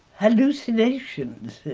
hallucinations